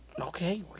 Okay